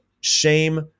shame